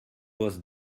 was